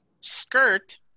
skirt